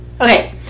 okay